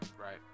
right